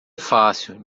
fácil